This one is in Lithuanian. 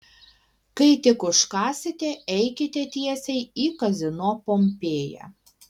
kai tik užkąsite eikite tiesiai į kazino pompėja